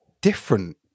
different